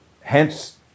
hence